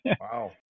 Wow